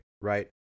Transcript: right